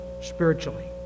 spiritually